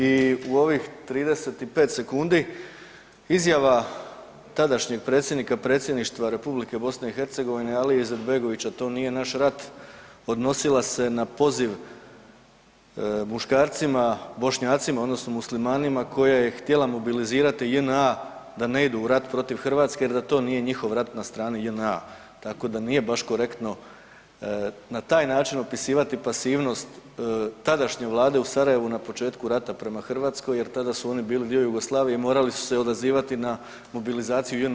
I u ovih 35 sekundi izjava tadašnjeg predsjednika Predsjedništva Republike BiH Alije Izetbegovića „to nije naš rat“ odnosila se na poziv muškarcima, Bošnjacima odnosno Muslimanima koja je htjela mobilizirati JNA da ne idu u rat protiv Hrvatske jer da to nije njihov rat na strani JNA, tako da nije baš korektno na taj način opisivati pasivnost tadašnje vlade u Sarajevu na početku rata prema Hrvatskoj jer tada su oni bili dio Jugoslavije i morali su se odazivati na mobilizaciju JNA.